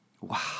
Wow